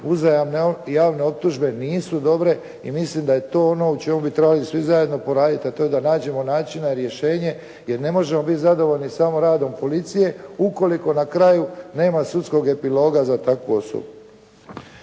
uzajamne javne optužbe nisu dobre i mislim da je to ono o čemu bi trebali svi zajedno poraditi a to je da nađemo načina i rješenje jer ne možemo biti zadovoljni samo radom policije ukoliko na kraju nema sudskog epiloga za takvu osobu.